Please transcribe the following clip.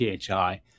PHI